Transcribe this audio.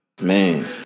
Man